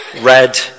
red